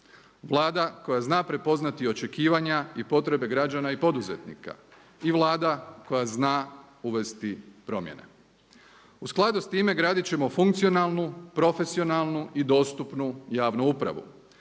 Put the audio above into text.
Vlada koja zna prepoznati i očekivanja i potrebe građana i poduzetnika i Vlada koja zna uvesti promjene. U skladu s time gradit ćemo funkcionalnu, profesionalnu i dostupnu javnu upravu.